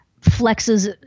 flexes